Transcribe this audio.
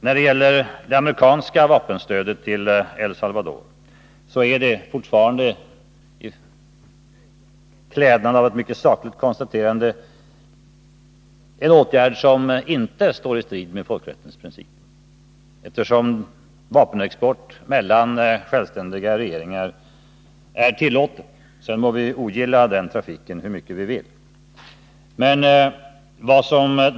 När det gäller det amerikanska vapenstödet till El Salvador, jag gör fortfarande bara ett rent konstaterande, är detta inte en åtgärd som står i strid med folkrättens principer, eftersom vapenexport till självständiga regeringar är tillåten — vi må sedan ogilla den trafiken hur mycket vi vill.